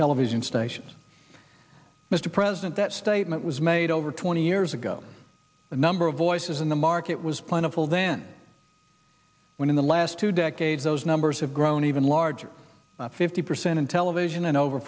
television stations mr president that statement was made over twenty years ago the number of voices in the market was plentiful than when in the last two decades those numbers have grown even larger fifty percent in television and over